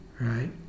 right